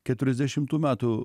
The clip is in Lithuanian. keturiasdešimtų metų